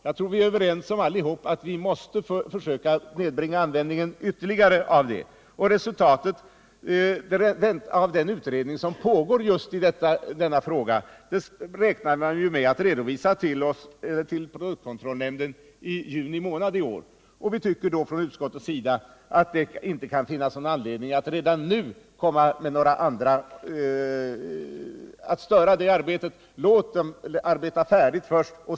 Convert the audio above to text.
Jag tror att vi allihop är överens om att vi måste försöka nedbringa användningen därav ytterligare. Man räknar med att redovisa resultatet av den utredning som pågår i denna fråga till produktkontrollnämnden i juni månad i år. Vi tycker därför från utskottsmajoritetens sida att det inte kan finnas någon anledning att störa det arbetet. Låt utredningen arbeta färdigt!